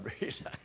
reason